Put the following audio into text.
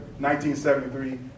1973